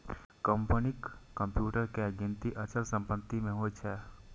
कंपनीक कंप्यूटर के गिनती अचल संपत्ति मे होइ छै